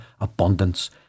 abundance